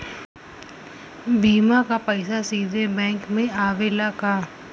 बीमा क पैसा सीधे बैंक में आवेला का?